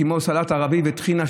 כמו סלט ערבי וטחינה,